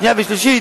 השנייה והשלישית,